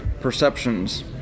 perceptions